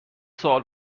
سوال